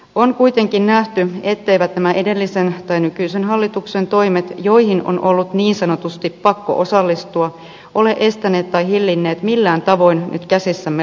on kuitenkin nähty etteivät nämä edellisen tai nykyisen hallituksen toimet joihin on ollut niin sanotusti pakko osallistua ole estäneet tai hillinneet millään tavoin nyt käsissämme olevaa kriisiä